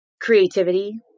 Creativity